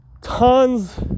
tons